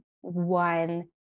one